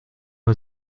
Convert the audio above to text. was